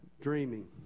dreaming